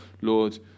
Lord